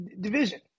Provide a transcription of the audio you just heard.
division